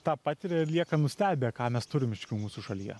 tą patiria ir lieka nustebę ką mes turim iš tikrųjų mūsų šalyje